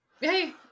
Hey